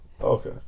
okay